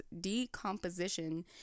decomposition